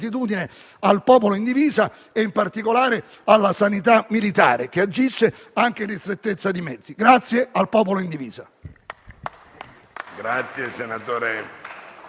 gratitudine al popolo in divisa, in particolare alla sanità militare, che agisce anche in ristrettezza di mezzi. Grazie al popolo in divisa.